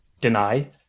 deny